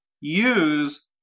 use